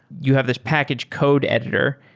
you have this package code editor.